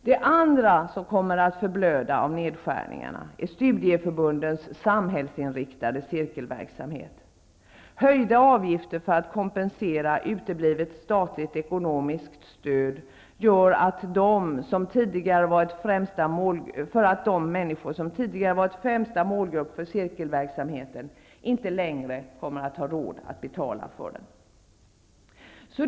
Det andra som kommer att förblöda på grund av nedskärningarna är studieförbundens samhällsinriktade cirkelverksamhet. Höjda avgifter för att kompensera uteblivet statligt ekonomiskt stöd gör att de människor som tidigare varit främsta målgrupp för cirkelverksamheten inte längre har råd att betala för den.